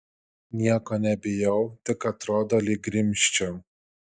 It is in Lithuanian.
nieko nebijau tik atrodo lyg grimzčiau